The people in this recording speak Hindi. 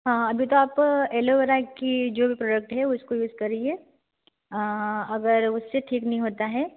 अभी तो आप एलोवेरा की जो भी प्रोडक्ट है उसको यूज करिए अगर उससे ठीक नहीं होता है